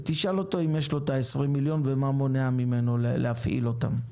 תשאל אותו אם יש לו את ה-20 מיליון ומה מונע ממנו להפעיל אותם.